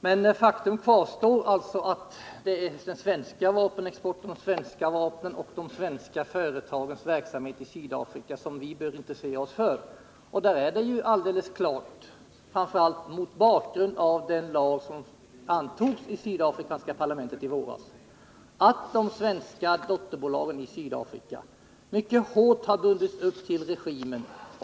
Men faktum kvarstår, att det är den svenska vapenexporten, de svenska vapnen och de svenska företagens verksamhet i Sydafrika som vi bör intressera oss för. Och det är alldeles klart, framför allt mot bakgrund av den lag som antogs i det sydafrikanska parlamentet i våras, att de svenska dotterbolagen i Sydafrika mycket hårt har bundits till regimen.